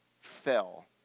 fell